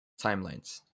timelines